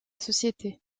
société